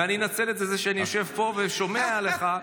ואני אנצל את זה שאני יושב פה ושומע לך.